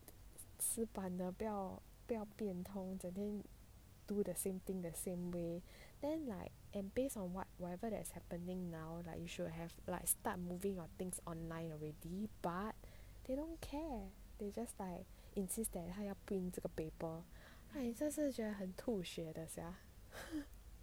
死板的不要不要变通整天 do the same thing the same way then like and based on what whatever that is happening now like you should have like start moving your things online already but they don't care they just like insist that 还要 print 这个 paper and 这是觉得很吐血的 sia